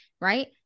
Right